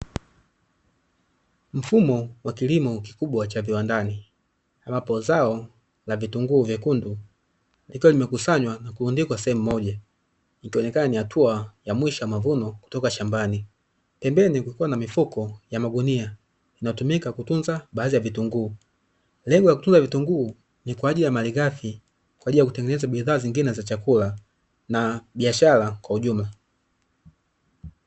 Mfumo wa kilimo kikubwa cha viwandani ambapo zao na vitunguu vyekundu ikiwa imekusanywa na kuandikwa sehemu moja itaonekana ni hatua ya mwisho ya mavuno kutoka shambani pembeni kulikuwa na mifuko ya magunia tunatumika kutunza baadhi ya vitunguu lengo ya kutunza vitunguu ni kwa ajili ya malighafi kwa ajili ya kutengeneza bidhaa zingine za chakula na biashara kwa ujumla